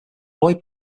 roy